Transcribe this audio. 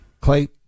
Clay